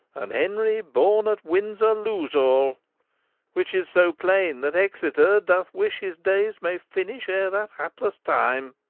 and henry borne at windsor, loose all which is so plaine, that exeter doth wish, his dayes may finish, ere that haplesse time.